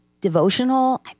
devotional